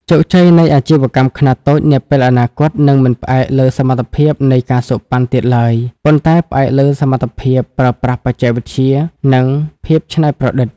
ជោគជ័យនៃអាជីវកម្មខ្នាតតូចនាពេលអនាគត នឹងមិនផ្អែកលើសមត្ថភាពនៃ ការសូកប៉ាន់ ទៀតឡើយ ប៉ុន្តែផ្អែកលើសមត្ថភាពប្រើប្រាស់បច្ចេកវិទ្យា និងភាពច្នៃប្រឌិត។